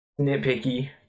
Nitpicky